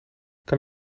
kan